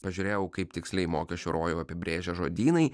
pažiūrėjau kaip tiksliai mokesčių rojų apibrėžia žodynai